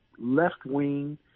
left-wing